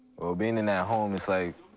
being in that home, it's like,